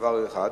דבר אחד.